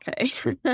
okay